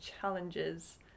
challenges